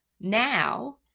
now